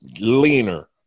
leaner